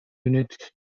unit